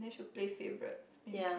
then she will play favorites